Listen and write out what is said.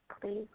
please